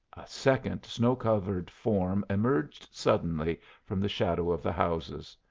second snow-covered form emerged suddenly from the shadow of the houses.